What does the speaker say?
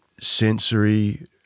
sensory